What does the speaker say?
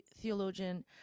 theologian